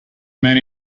man